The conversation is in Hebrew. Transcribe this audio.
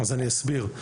אני אסביר.